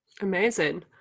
amazing